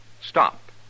stop